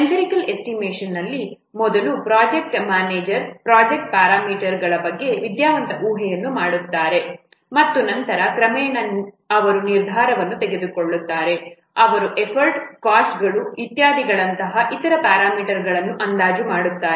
empirical estimation ಅಲ್ಲಿ ಮೊದಲು project manager project ಪ್ಯಾರಾಮೀಟರ್ಗಳ ಬಗ್ಗೆ ವಿದ್ಯಾವಂತ ಊಹೆಯನ್ನು ಮಾಡುತ್ತಾರೆ ಮತ್ತು ನಂತರ ಕ್ರಮೇಣ ಅವರು ನಿರ್ಧಾರವನ್ನು ತೆಗೆದುಕೊಳ್ಳುತ್ತಾರೆ ಅವರು ಎಫರ್ಟ್ ಕಾಸ್ಟ್ಗಳು ಇತ್ಯಾದಿಗಳಂತಹ ಇತರ ಪ್ಯಾರಾಮೀಟರ್ಗಳನ್ನು ಅಂದಾಜು ಮಾಡುತ್ತಾರೆ